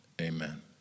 Amen